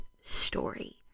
story